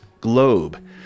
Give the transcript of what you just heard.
globe